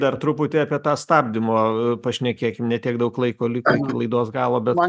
dar truputį apie tą stabdymą pašnekėkim ne tiek daug laiko liko iki laidos galo bet